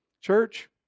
Church